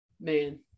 Man